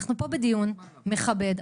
אנחנו פה בדיון מכבד,